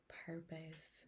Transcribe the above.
purpose